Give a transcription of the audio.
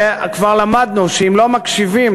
וכבר למדנו שאם לא מקשיבים,